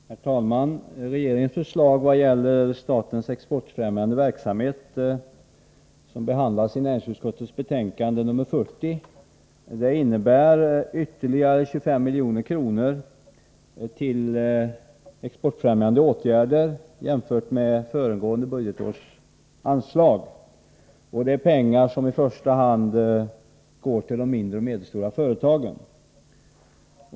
Herr talman! Regeringens förslag vad gäller statens exportfrämjande verksamhet, som behandlas i näringsutskottets betänkande 40, innebär ytterligare 25 milj.kr. till exportfrämjande åtgärder jämfört med föregående budgetårs anslag. Detta är pengar som i första hand går till de mindre och medelstora företagen.